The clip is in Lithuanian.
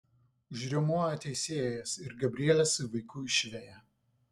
užriaumoja teisėjas ir gabrielę su vaiku išveja